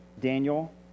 Daniel